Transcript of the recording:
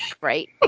Right